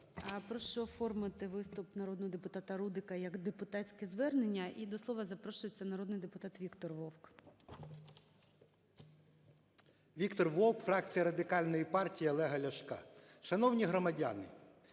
Прошу оформити виступ народного депутата Рудика як депутатське звернення. І до слова запрошується народний депутат Віктор Вовк. 13:09:40 ВОВК В.І. Віктор Вовк, фракція Радикальної партії Олега Ляшка. Шановні громадяни,